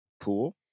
pool